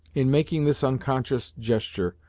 in making this unconscious gesture,